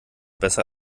besser